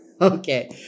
Okay